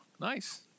nice